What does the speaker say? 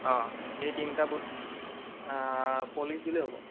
অঁ এই তিনিটা বস্তু পলিচ দিলেও হ'ব